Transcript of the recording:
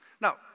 Now